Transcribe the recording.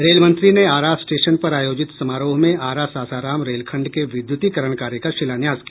रेलमंत्री ने आरा स्टेशन पर आयोजित समारोह में आरा सासाराम रेलखंड के विद्युतीकरण कार्य का शिलान्यास किया